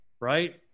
right